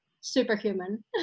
superhuman